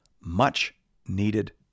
much-needed